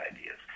ideas